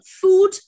food